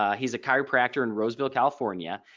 ah he's a chiropractor in roseville california.